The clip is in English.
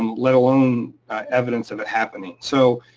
um let alone evidence of it happening. so